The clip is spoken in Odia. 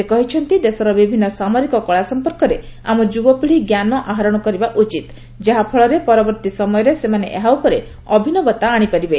ସେ କହିଛନ୍ତି ଦେଶର ବିଭିନ୍ନ ସାମରିକ କଳା ସଂପର୍କରେ ଆମ ଯୁବପିଢ଼ି ଜ୍ଞାନ ଆହରଣ କରିବା ଉଚିତ ଯାହାଫଳରେ ପରବର୍ତ୍ତୀ ସମୟରେ ସେମାନେ ଏହା ଉପରେ ଅଭିନବତା ଆଣିପାରିବେ